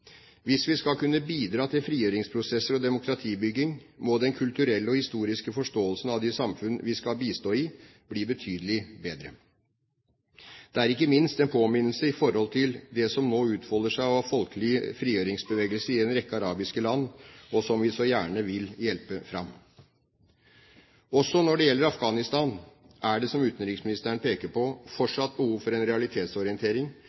Hvis vi skal kunne bidra til frigjøringsprosesser og demokratibygging, må den kulturelle og historiske forståelsen av de samfunn vi skal bistå i, bli betydelig bedre. Det er ikke minst en påminnelse i forhold til det som nå utfolder seg av folkelige frigjøringsbevegelser i en rekke arabiske land, og som vi så gjerne vil hjelpe fram. Også når det gjelder Afghanistan, er det, som utenriksministeren peker på,